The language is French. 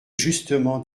justement